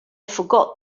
forgot